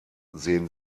sehen